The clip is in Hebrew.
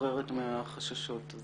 משוחררת מהחששות.